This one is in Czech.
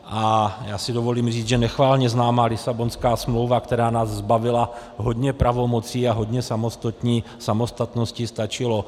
A dovolím si říct, že nechvalně známá Lisabonská smlouva, která nás zbavila hodně pravomocí a hodně samostatnosti, stačila.